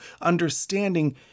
understanding